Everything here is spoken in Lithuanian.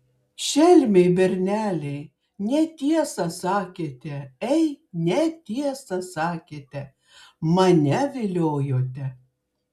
šelmiai berneliai netiesą sakėte ei netiesą sakėte mane viliojote